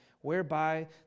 whereby